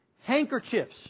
handkerchiefs